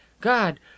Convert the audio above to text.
God